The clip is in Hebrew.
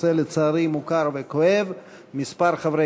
הצעות לסדר-היום מס' 116,